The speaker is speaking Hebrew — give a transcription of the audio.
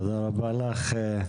תודה רבה לך,